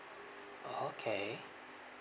okay